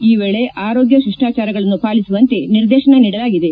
ಈ ವೇಳೆ ಆರೋಗ್ಯ ಶಿಷ್ಟಾಚಾರಗಳನ್ನು ಪಾಲಿಸುವಂತೆ ನಿರ್ದೇಶಿಸಲಾಗಿದೆ